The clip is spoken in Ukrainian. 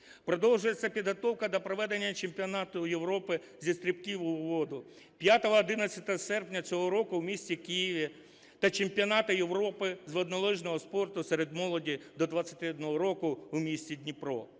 Продовжується підготовка до проведення Чемпіонату Європи зі стрибків у воду 5-11 серпня цього року в місті Києві та Чемпіонату Європи з воднолижного спорту серед молоді до 21 року в місті Дніпро.